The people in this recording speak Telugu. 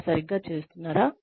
వారు సరిగ్గా చేస్తున్నారా